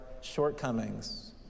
shortcomings